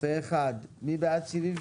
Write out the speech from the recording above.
הצבעה סעיף